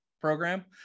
program